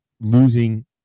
losing